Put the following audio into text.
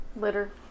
Litter